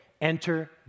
Enter